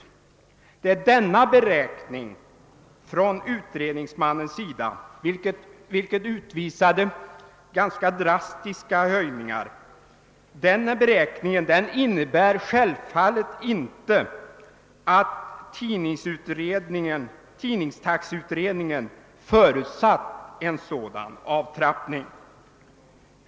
Denna beräkning från utredningsmannens sida, vilken utvisade ganska drastiska höjningar, innebär självfallet inte att tidningstaxeutredningen förutsatt en sådan avtrappning.